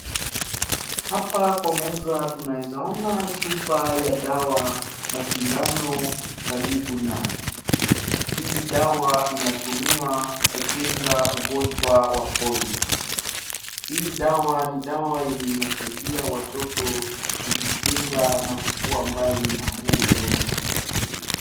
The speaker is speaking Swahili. Hapa kwa meza tunaeza ona chupa ya dawa na sindano karibu naye. Hii dawa inatumiwa kukinga ugonjwa wa polio. Hii dawa ni dawa yenye inasaidia watoto kujikinga na kukuwa mbali na huu ugonjwa wa polio.